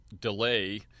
delay